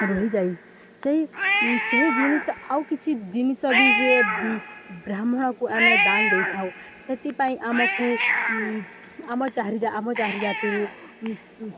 ରହିଯାଇ ସେହି ସେହି ଜିନିଷ ଆଉ କିଛି ଜିନିଷ ବି ଯେ ବ୍ରାହ୍ମଣକୁ ଆମେ ଦାନ୍ ଦେଇଥାଉ ସେଥିପାଇଁ ଆମକୁ ଆମ ଆମ ଚାରିଜାତିରୁ